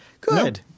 Good